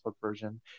version